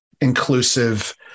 inclusive